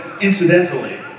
incidentally